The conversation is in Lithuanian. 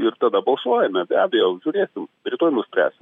ir tada balsuojame be abejo žiūrėsim rytoj nuspręsim